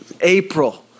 April